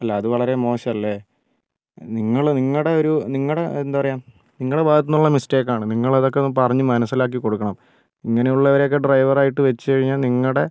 അല്ല അത് വളരെ മോശം അല്ലേ നിങ്ങൾ നിങ്ങളുടെ ഒരു നിങ്ങളുടെ എന്താണ് പറയുക നിങ്ങളെ ഭാഗത്ത് നിന്നുള്ള മിസ്റ്റേക്ക് ആണ് നിങ്ങൾ അതൊക്കെ ഒന്ന് പറഞ്ഞു മനസ്സിലാക്കി കൊടുക്കണം ഇങ്ങനെയുള്ളവരെയൊക്കെ ഡ്രൈവർ ആയിട്ട് വെച്ചുകഴിഞ്ഞാൽ നിങ്ങളുടെ